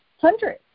hundred